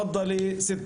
בבקשה.